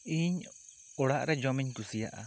ᱤᱧ ᱚᱲᱟᱜ ᱨᱮ ᱡᱚᱢ ᱤᱧ ᱠᱩᱥᱤᱭᱟᱜᱼᱟ